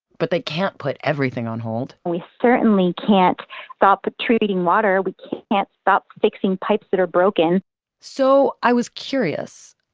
but they can't put everything on hold we certainly can't stop treating water, we can't stop fixing pipes that are broken so i was curious.